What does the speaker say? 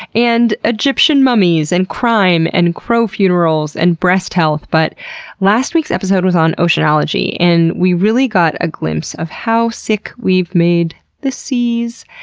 and egyptian egyptian mummies, and crime, and crow funerals, and breast health, but last week's episode was on oceanology and we really got a glimpse of how sick we've made the seas.